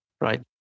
Right